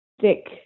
thick